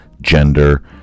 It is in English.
gender